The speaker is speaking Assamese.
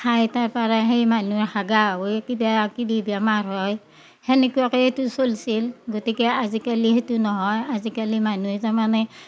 খায় তাৰ পাৰা সেই মানহুৰ হাগা হৱেই কিবা কিবি বেমাৰ হৱেই সেনেকুৱাকেয়েটো চলিছিল গতিকে আজিকালি সেইটো নহয় আজিকালি মানহুই তাৰমানে